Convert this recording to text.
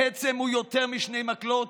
בעצם, הוא יותר משני מקלות,